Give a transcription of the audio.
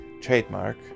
trademark